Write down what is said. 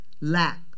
lack